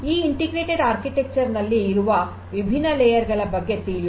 ಈ ಸಂಯೋಜಿತ ವಾಸ್ತುಶಿಲ್ಪದಲ್ಲಿ ಇರುವ ವಿಭಿನ್ನ ಲೇಯರ್ ಗಳ ಬಗ್ಗೆ ತಿಳಿಯೋಣ